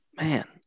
man